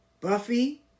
Buffy